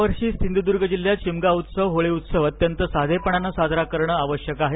यावर्षी सिंधुद्ग जिल्ह्यात शिमगा उत्सव होळी उत्सव अत्यंत साधेपणाने साजरा करणे आवश्यक आहे